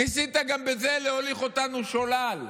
ניסית גם בזה להוליך אותנו שולל.